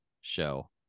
show